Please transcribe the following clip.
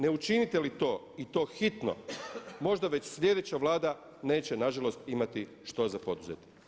Ne učinite li to i to hitno, možda već sljedeća vlada neće nažalost imati što za poduzeti.